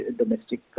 domestic